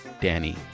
Danny